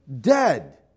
dead